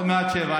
עוד מעט שבע.